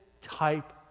type